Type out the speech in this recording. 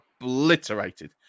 obliterated